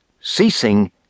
ceasing